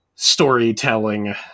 Storytelling